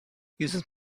users